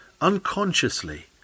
unconsciously